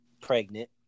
Pregnant